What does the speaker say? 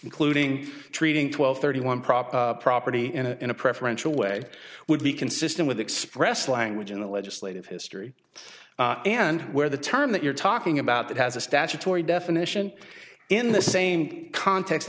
including treating twelve thirty one prop property in a preferential way would be consistent with express language in the legislative history and where the term that you're talking about that has a statutory definition in the same context